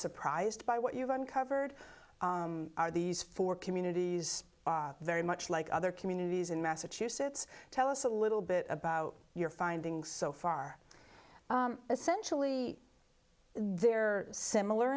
surprised by what you've uncovered are these four communities very much like other communities in massachusetts tell us a little bit about your findings so far a sensually they're similar